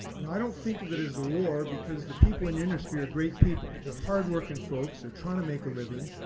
now, i don't think of it as a war, because the people in your industry are great people. they are hard-working folks, they are trying to make a living,